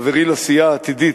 חברי לסיעה העתידית,